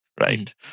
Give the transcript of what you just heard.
right